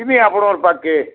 ଯିମି ଆପଣଙ୍କର୍ ପାଖ୍କେ